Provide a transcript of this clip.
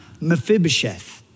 Mephibosheth